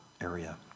area